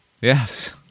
Yes